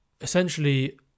essentially